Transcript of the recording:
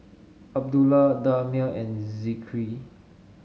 Abdullah Damia and Zikri